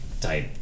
type